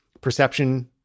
perception